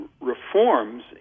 reforms